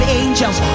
angels